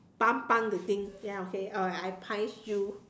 the thing then okay I price you